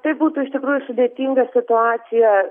tai būtų iš tikrųjų sudėtinga situacija